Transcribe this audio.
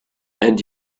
and